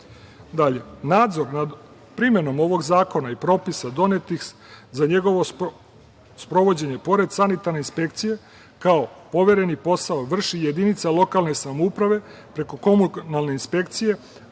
Vlade. Nadzor nad primenom ovog zakona i propisa donetih za njegovo sprovođenje, pored sanitarne inspekcije, kao overeni posao vrši jedinica lokalne samouprave preko Komunalne inspekcije,